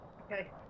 Okay